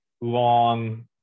long